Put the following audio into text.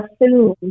assume